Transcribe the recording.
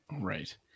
Right